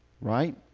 right